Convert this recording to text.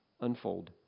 unfold